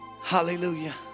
Hallelujah